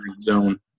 zone